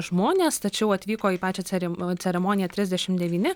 žmonės tačiau atvyko į pačią cere ceremoniją trisdešimt devyni